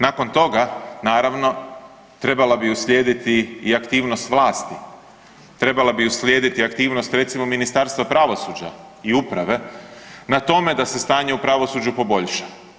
Nakon toga, naravno, trebala bi uslijediti i aktivnost vlasti, trebala bi uslijediti aktivnost, recimo, Ministarstva pravosuđa i uprave na tome da se stanje u pravosuđu poboljša.